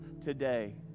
today